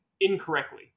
incorrectly